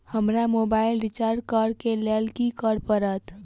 हमरा mobile recharge करऽ केँ लेल की करऽ पड़त?